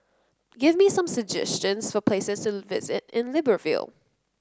give me some suggestions for places to visit in Libreville